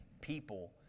people